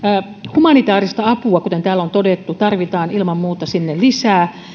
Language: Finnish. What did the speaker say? humanitääristä apua kuten täällä on todettu tarvitaan ilman muuta sinne lisää